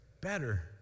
better